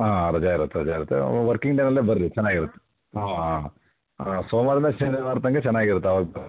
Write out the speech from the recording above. ಹಾಂ ರಜಾ ಇರುತ್ತೆ ರಜಾ ಇರುತ್ತೆ ನೀವು ವರ್ಕಿಂಗ್ ಡೇಯಲ್ಲೇ ಬನ್ರಿ ಚೆನ್ನಾಗಿರುತ್ತೆ ಹಾಂ ಹಾಂ ಸೋಮವಾರ್ದಿಂದ ಶನಿವಾರದ ತನಕ ಚೆನ್ನಾಗಿರುತ್ತೆ ಅವಾಗ